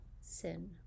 sin